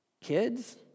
Kids